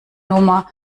nummer